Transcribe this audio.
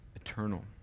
eternal